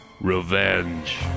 Revenge